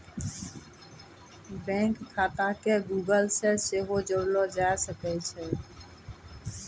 bank खाता के Google से सेहो जोड़लो जाय सकै छै